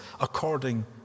according